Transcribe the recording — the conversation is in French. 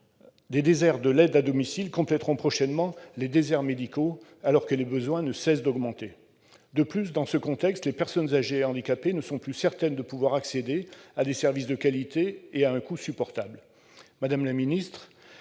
des déserts de l'aide à domicile compléteront prochainement les déserts médicaux, alors que les besoins ne cessent d'augmenter. De plus, dans ce contexte, les personnes âgées et handicapées ne sont plus certaines de pouvoir accéder à des services de qualité à un coût supportable. Madame la ministre,